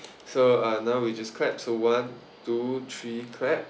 so uh now we just clap so one two three clap